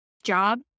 job